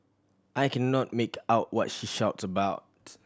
I cannot make out what she shouts about